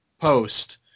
post